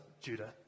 Judah